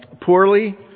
poorly